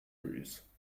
bruise